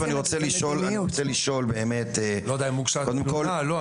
אני לא יודע אם הוגשה תלונה או לא.